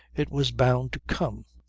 it was bound to come.